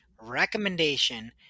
recommendation